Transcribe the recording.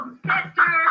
sister